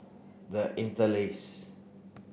the Interlace